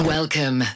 Welcome